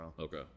Okay